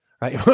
Right